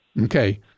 Okay